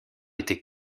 était